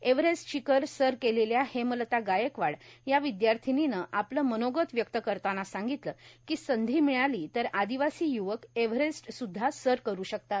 Everest शिखर सर केलेल्या हेमलता गायकवाड या विद्यार्थिनीनं आपलं मनोगत व्यक्त करताना सांगितलं की संधी मिळाली तर आदिवासी युवक एव्हरेस्ट सुद्धा सर करू शकतात